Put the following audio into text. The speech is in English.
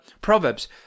Proverbs